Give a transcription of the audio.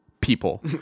people